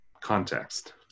context